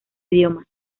idioma